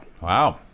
Wow